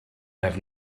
have